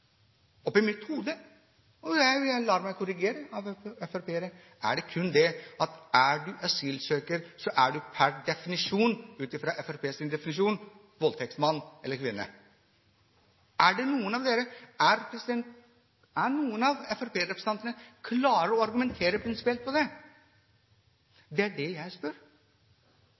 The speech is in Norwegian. I mitt hode – og jeg lar meg korrigere av FrP-ere – er det slik at er man asylsøker, så er man per definisjon, dvs. Fremskrittspartiets definisjon, voldtektsmann eller -kvinne. Er det noen av fremskrittspartirepresentantene som er klare for å argumentere prinsipielt for det? Det er det jeg spør